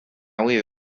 guive